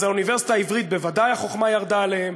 אז האוניברסיטה העברית, בוודאי החוכמה ירדה עליה.